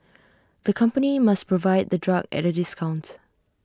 the company must provide the drug at A discount